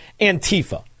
Antifa